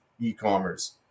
e-commerce